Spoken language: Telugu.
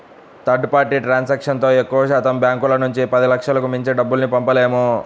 థర్డ్ పార్టీ ట్రాన్సాక్షన్తో ఎక్కువశాతం బ్యాంకుల నుంచి పదిలక్షలకు మించి డబ్బుల్ని పంపలేము